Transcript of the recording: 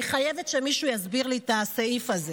אני חייבת שמישהו יסביר לי את הסעיף הזה.